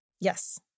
Yes